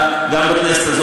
הבנת,